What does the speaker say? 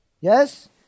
Yes